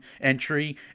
entry